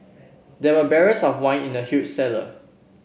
there were barrels of wine in the huge cellar